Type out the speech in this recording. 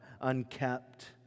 unkept